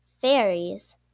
fairies